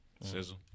Sizzle